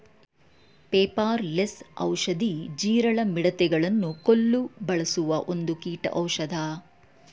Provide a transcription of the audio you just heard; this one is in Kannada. ಪೆಪಾರ ಲೆಸ್ ಔಷಧಿ, ಜೀರಳ, ಮಿಡತೆ ಗಳನ್ನು ಕೊಲ್ಲು ಬಳಸುವ ಒಂದು ಕೀಟೌಷದ